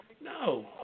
No